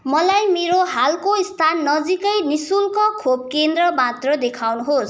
मलाई मेरो हालको स्थान नजिकै निः शुल्क खोप केन्द्र मात्र देखाउनुहोस्